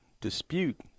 dispute